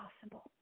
possible